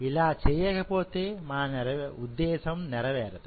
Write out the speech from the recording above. ఇలా చేయకపోతే మన ఉద్దేశం నెరవేరదు